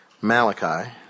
Malachi